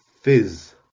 fizz